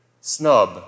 snub